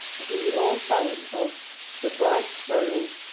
as in the old ballad of the bride's burial